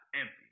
empty